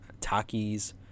Takis